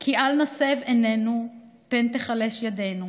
כי "אל נסב את עינינו פן תיחלש ידנו.